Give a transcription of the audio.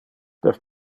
per